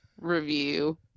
review